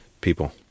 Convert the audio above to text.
people